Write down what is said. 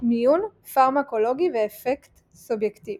מיון פרמקולוגי ואפקט סובייקטיבי